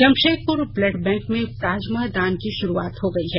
Jamshedpur blood bank में plasma दान की शुरुआत हो गई है